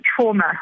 trauma